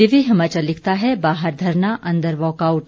दिव्य हिमाचल लिखता है बाहर धरना अंदर वॉकआउट